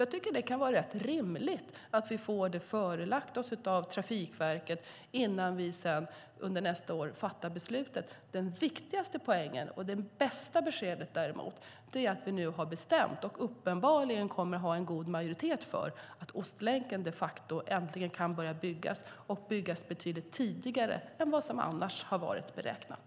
Jag tycker att det kan vara rätt rimligt att vi får det förelagt oss av Trafikverket innan vi sedan under nästa år fattar beslutet. Den viktigaste poängen och det bästa beskedet är att vi nu har bestämt - och uppenbarligen kommer att få en god majoritet för det - att Ostlänken äntligen ska börja byggas, och den ska byggas betydligt tidigare än man förut beräknat.